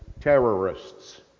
terrorists